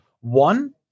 One